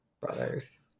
brothers